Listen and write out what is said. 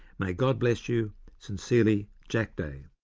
may god bless you sincerely jack day